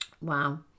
Wow